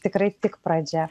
tikrai tik pradžia